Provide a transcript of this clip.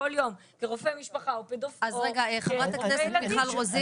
כל יום כרופא משפחה או רופא ילדים -- חברת הכנסת מיכל רוזין,